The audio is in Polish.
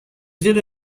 wiele